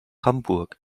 hamburg